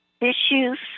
issues